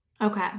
Okay